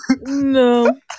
No